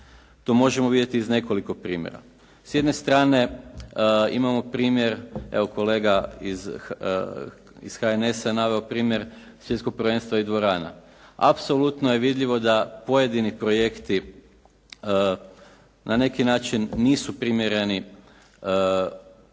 To možemo vidjeti iz nekoliko primjera. S jedne strane imamo primjer, evo kolega iz HNS-a je naveo primjer svjetskog prvenstva i dvorana. Apsolutno je vidljivo da pojedini projekti na neki način nisu primjereni trenutnoj